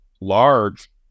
large